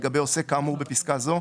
לגבי עוסק כאמור בפסקה זו,